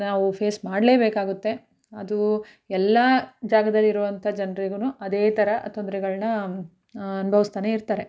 ನಾವು ಫೇಸ್ ಮಾಡಲೇಬೇಕಾಗುತ್ತೆ ಅದು ಎಲ್ಲ ಜಾಗದಲ್ಲಿರುವಂಥ ಜನ್ರಿಗೂ ಅದೇ ಥರ ತೊಂದರೆಗಳ್ನ ಅನುಭವ್ಸ್ತಾನೆ ಇರ್ತಾರೆ